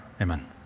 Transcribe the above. amen